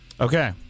Okay